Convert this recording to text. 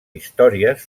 històries